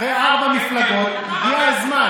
אחרי ארבע מפלגות הגיע הזמן.